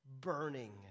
burning